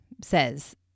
says